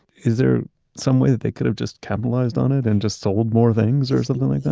is there some way that they could have just capitalized on it and just sold more things or something like that?